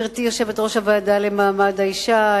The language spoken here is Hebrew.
גברתי יושבת-ראש הוועדה למעמד האשה,